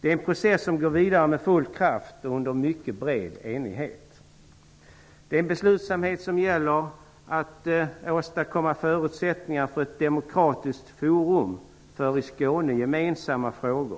Det är en process som går vidare med full kraft och under mycket bred enighet. Det är en beslutsamhet som gäller att åstadkomma förutsättningar för ett demokratiskt forum för gemensamma frågor i Skåne.